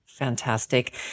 Fantastic